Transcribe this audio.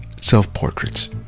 self-portraits